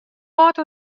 âld